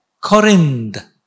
Corinth